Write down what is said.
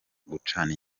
gucana